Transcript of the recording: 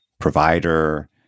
provider